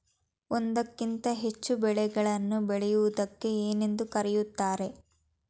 ಒಂದಕ್ಕಿಂತ ಹೆಚ್ಚು ಬೆಳೆಗಳನ್ನು ಬೆಳೆಯುವುದಕ್ಕೆ ಏನೆಂದು ಕರೆಯುತ್ತಾರೆ?